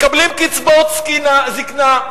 מקבלים קצבאות זיקנה,